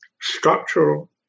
structural